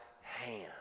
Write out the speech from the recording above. hand